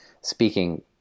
speaking